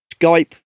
Skype